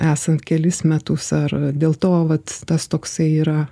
esant kelis metus ar dėl to vat tas toksai yra